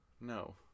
No